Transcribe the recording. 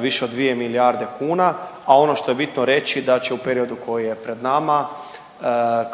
više od 2 milijarde kuna, a ono što je bitno reći da će u periodu koji je pred nama